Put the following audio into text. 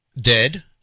dead